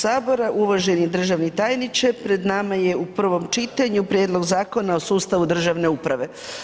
Uvaženi državni tajniče, pred nama je u prvom čitanju prijedlog Zakona o sustavu državne uprave.